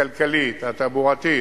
הכלכלית, התחבורתית,